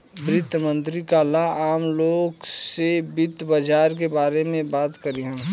वित्त मंत्री काल्ह आम लोग से वित्त बाजार के बारे में बात करिहन